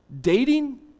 Dating